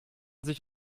sich